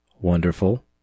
Wonderful